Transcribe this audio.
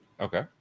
Okay